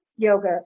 yoga